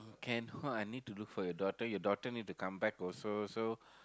can wan need to look for your daughter your daughter need to come back also so